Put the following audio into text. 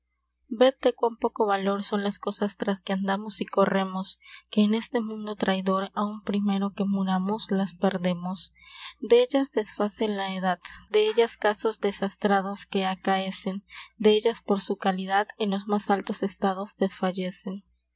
ved de quan poco valor son las cosas tras que andamos y corremos que en este mundo traydor aun primero que muramos las perdemos dellas desfaze la edad dellas casos desastrados que acaesen dellas por su calidad en los mas altos estados desfallesen